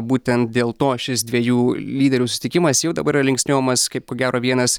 būtent dėl to šis dviejų lyderių susitikimas jau dabar yra linksniuojamas kaip ko gero vienas